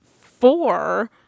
four